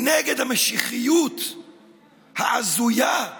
נגד המשיחיות ההזויה,